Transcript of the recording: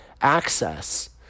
access